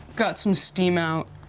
got some steam out.